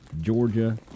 Georgia